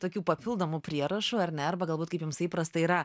tokių papildomų prierašu ar ne arba galbūt kaip jums įprasta yra